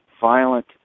violent